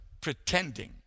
pretending